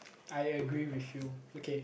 I agree with you okay